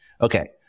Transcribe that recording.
okay